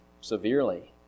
severely